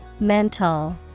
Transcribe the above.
Mental